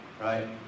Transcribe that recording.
Right